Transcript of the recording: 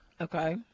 Okay